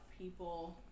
people